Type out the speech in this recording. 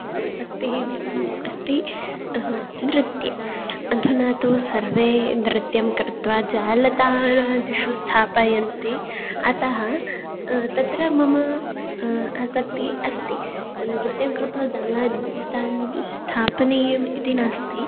आसक्तिः अस्ति नृत्ये अधुना तु सर्वे नृत्यं कृत्वा जालताणादिषु स्थापयन्ति अतः तत्र मम आसक्तिः अस्ति नृत्यं कृत्वा जालताञ्जिस् स्थापनीयम् इति नास्ति